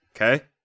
Okay